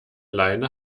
leine